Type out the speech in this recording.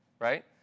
right